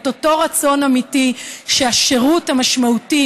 את אותו רצון אמיתי שהשירות המשמעותי